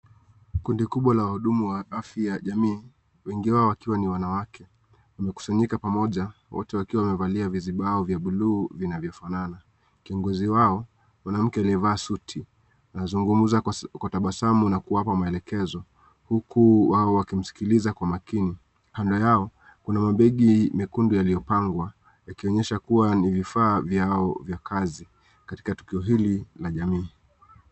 Kundi kubwa la wahudumu wa afya ya jamii, wengi wao wakiwa ni wanawake wamekusanyika pamoja wote wakiwa wamevalia vizibao vya blue vinavyo fanana kiongozi wao mwanamke aliyevaa suti anazungumza kwa tabasamu na kuwapa maelekezo huku hao wakimskiliza kwa makini. Kando yao, kuna mabegi mekundu yaliyopangwa yakionyesha kuwa ni vifaa vyao vya kazi katika tokeo hili la jamii.